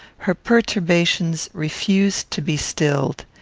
her perturbations refused to be stilled.